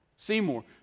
Seymour